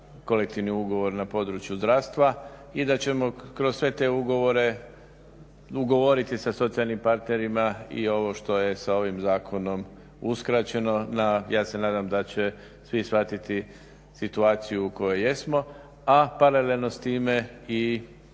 kolektivni ugovor na području zdravstva i da ćemo kroz sve te ugovore ugovoriti sa socijalnim parterima i ovo što je sa ovim zakonom uskraćeno na, ja se nadam da će svi shvatiti situaciju u kojoj jesmo a paralelno s time i